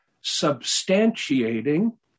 substantiating